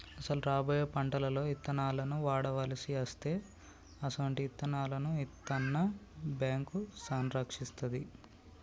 అసలు రాబోయే పంటలలో ఇత్తనాలను వాడవలసి అస్తే అసొంటి ఇత్తనాలను ఇత్తన్న బేంకు సంరక్షిస్తాది